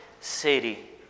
city